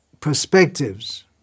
perspectives